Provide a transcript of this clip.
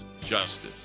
justice